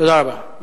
תודה רבה.